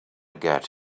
get